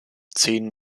zehn